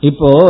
Ipo